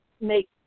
make